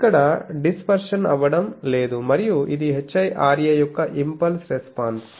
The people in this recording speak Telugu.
ఇక్కడ డిస్పెర్షన్ అవ్వడం లేదు మరియు ఇది HIRA యొక్క ఇంపల్స్ రెస్పాన్స్